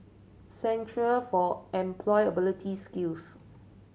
Centre for Employability Skills